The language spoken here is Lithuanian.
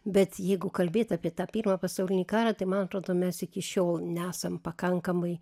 bet jeigu kalbėt apie tą pirmą pasaulinį karą tai man atrodo mes iki šiol nesam pakankamai